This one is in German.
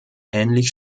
ähnlich